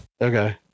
okay